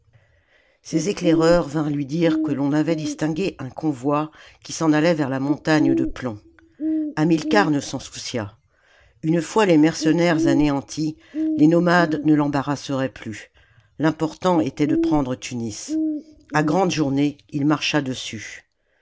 ses éclaireurs vinrent lui dire que l'on avait distingué un convoi qui s'en allait vers la montagne de plomb hamilcar ne s'en soucia une fois les mercenaires anéantis les nomades ne l'embarrasseraient plus l'important était de prendre tunis a'grandes journées il marcha dessus